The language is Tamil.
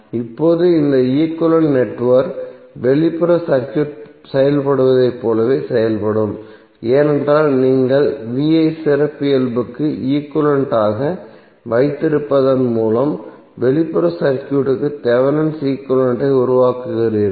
இப்போது இந்த ஈக்விவலெண்ட் நெட்வொர்க் வெளிப்புற சர்க்யூட் செயல்படுவதைப் போலவே செயல்படும் ஏனென்றால் நீங்கள் vi சிறப்பியல்புக்கு ஈக்விவலெண்ட் ஆக வைத்திருப்பதன் மூலம் வெளிப்புற சர்க்யூட்க்கு தேவெனின் ஈக்விவலெண்ட் ஐ உருவாக்குகிறீர்கள்